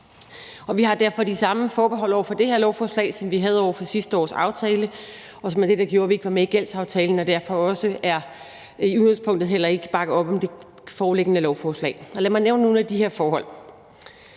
vi har derfor de samme forbehold over for det her lovforslag, som vi havde over for sidste års aftale, og som var det, der gjorde, at vi ikke var med i gældsaftalen og derfor i udgangspunktet heller ikke bakker op om det foreliggende lovforslag. Lad mig nævne nogle af de her forhold,